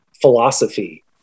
philosophy